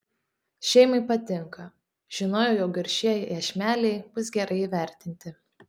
šeimai patinka žinojau jog ir šie iešmeliai bus gerai įvertinti